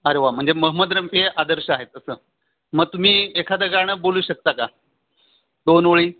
अरे वा म्हणजे मोहोम्मद रफी हे आदर्श आहे तसं मग तुम्ही एखाद्य गाणं बोलू शकता का दोन ओळी